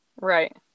right